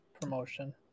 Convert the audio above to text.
promotion